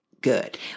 good